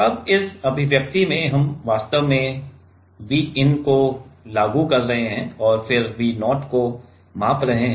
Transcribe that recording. अब इस अभिव्यक्ति में हम वास्तव में इस Vin को लागू कर रहे हैं और फिर V0 को माप रहे हैं